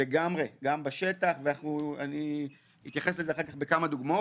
גם בשטח, ואני אתייחס לזה אחר כך גם בכמה דוגמאות.